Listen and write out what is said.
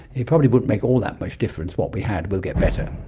it probably wouldn't make all that much difference what we had, we'll get better.